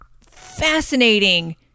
fascinating